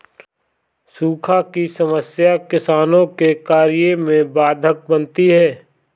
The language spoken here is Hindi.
सूखा की समस्या किसानों के कार्य में बाधक बनती है